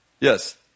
Yes